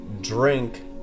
drink